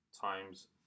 times